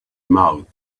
mouth